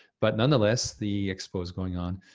but nonetheless, the expo's going on,